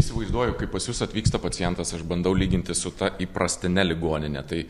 įsivaizduoju kai pas jus atvyksta pacientas aš bandau lyginti su ta įprastine ligonine tai